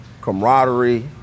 camaraderie